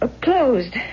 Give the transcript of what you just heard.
Closed